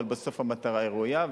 אבל בסוף המטרה ראויה.